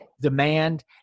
demand